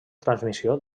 transmissió